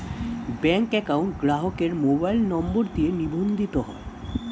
bank account গ্রাহকের mobile number দিয়ে নিবন্ধিত হয়